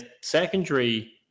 secondary